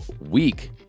week